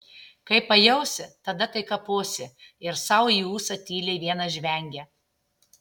kai pajausi tada tai kaposi ir sau į ūsą tyliai vienas žvengia